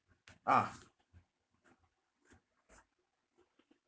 ah